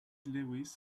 lewis